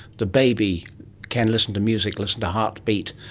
the baby can listen to music, listen to heartbeat.